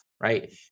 Right